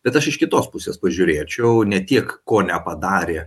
bet aš iš kitos pusės pažiūrėčiau ne tiek ko nepadarė